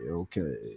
okay